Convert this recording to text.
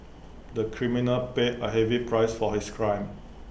the criminal paid A heavy price for his crime